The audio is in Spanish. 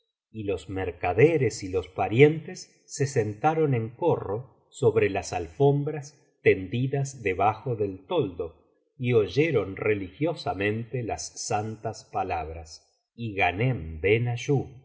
y fetnah caderes y los parientes se sentaron en corro sobre las alfombras tendidas debajo del toldo y oyeron religiosamente las santas palabras y